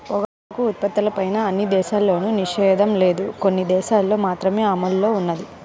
పొగాకు ఉత్పత్తులపైన అన్ని దేశాల్లోనూ నిషేధం లేదు, కొన్ని దేశాలల్లో మాత్రమే అమల్లో ఉన్నది